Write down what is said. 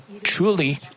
truly